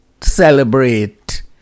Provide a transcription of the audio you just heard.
celebrate